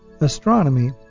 Astronomy